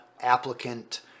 applicant